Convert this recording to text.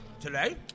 today